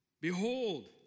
Behold